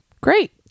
Great